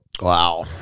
Wow